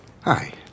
Hi